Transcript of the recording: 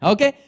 Okay